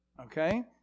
okay